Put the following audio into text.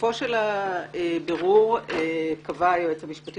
בסופו של הבירור קבע היועץ המשפטי